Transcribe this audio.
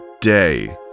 day